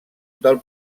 del